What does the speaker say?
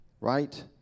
right